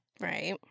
Right